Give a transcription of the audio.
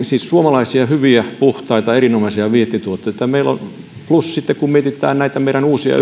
siis suomalaisia hyviä puhtaita erinomaisia vientituotteita plus sitten kun mietitään näitä meidän uusia